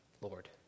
Lord